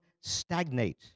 stagnate